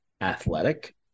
athletic